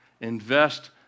Invest